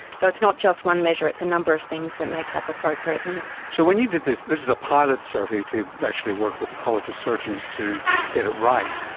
so it's not just one measure, it's a number of things that make up appropriateness. so when you did this, this is a pilot survey to actually work with the college of surgeons to get it right.